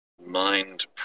mind